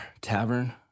Tavern